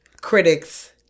critics